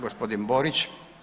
Gospodin Borić.